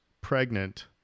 pregnant